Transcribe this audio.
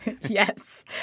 Yes